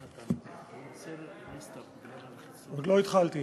אדוני היושב-ראש,